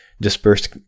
dispersed